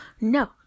no